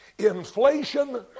Inflation